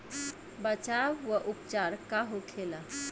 बचाव व उपचार का होखेला?